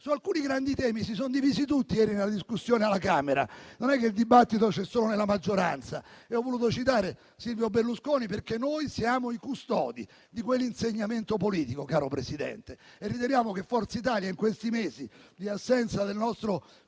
Su alcuni grandi temi si sono divisi tutti ieri nella discussione alla Camera, non è che il dibattito c'è solo nella maggioranza. Ho voluto citare Silvio Berlusconi, perché noi siamo i custodi di quell'insegnamento politico, caro Presidente. E riteniamo che Forza Italia, in questi mesi di assenza del nostro